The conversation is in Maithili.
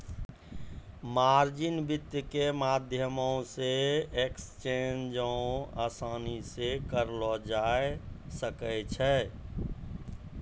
मार्जिन वित्त के माध्यमो से एक्सचेंजो असानी से करलो जाय सकै छै